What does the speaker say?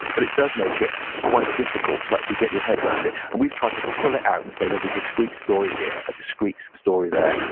but it does make it quite difficult to actually get your head around it. and we've tried to pull it out and say, there's a discrete story here, a discrete story there.